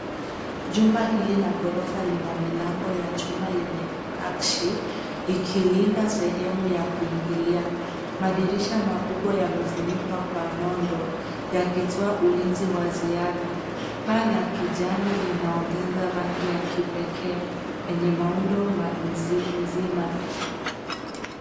Jumba hili la ghorofa lina milango ya chuma yenye nakshi ikilinda sehemu ya kuingilia. Madirisha makubwa yamefunikwa kwa nondo yakitoa ulinzi wa ziada. Paa la kijani linaongeza rangi ya kipekee kwenye muundo mzima.